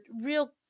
real